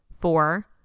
four